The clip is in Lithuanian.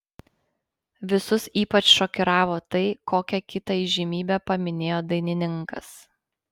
visus ypač šokiravo tai kokią kitą įžymybę paminėjo dainininkas